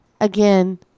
again